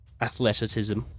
athleticism